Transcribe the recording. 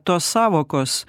tos sąvokos